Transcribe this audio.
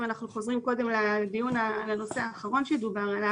אם אנחנו חוזרים לדיון האחרון בו דובר,